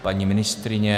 Paní ministryně?